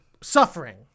Suffering